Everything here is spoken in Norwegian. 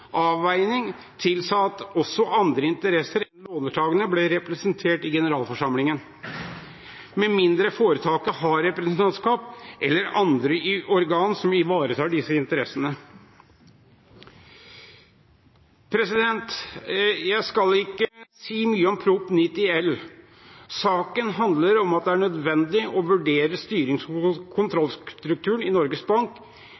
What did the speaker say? avveining tilsa at også andre interesser enn låntakernes ble representert i generalforsamlingen, med mindre foretaket har representantskap eller andre organ som ivaretar disse interessene. Jeg skal ikke si mye om Prop. 90 L. Saken handler om at det er nødvendig å vurdere styrings- og kontrollstrukturen i Norges Bank